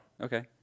Okay